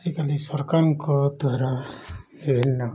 ଆଜିକାଲି ସରକାରଙ୍କ ଦ୍ୱାରା ବିିଭିନ୍ନ